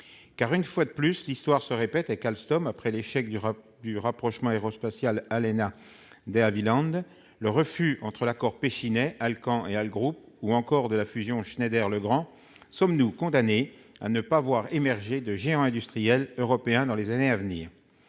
Une fois de plus, l'histoire se répète avec Alstom. Après l'échec du rapprochement entre Aérospatiale, Alenia et De Havilland, le refus de l'accord entre Pechiney, Alcan et Algroup ou encore celui de la fusion Schneider-Legrand, sommes-nous condamnés à ne pas voir émerger de géants industriels européens dans les années à venir ?